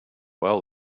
well